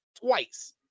twice